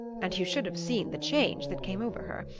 and you should have seen the change that came over her.